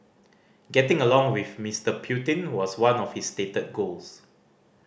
getting along with Mister Putin was one of his stated goals